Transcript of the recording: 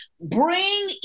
bring